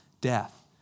death